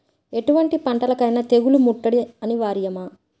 ఎటువంటి పంటలకైన తెగులు ముట్టడి అనివార్యమా?